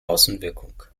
außenwirkung